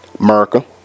America